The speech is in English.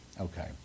Okay